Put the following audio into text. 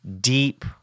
deep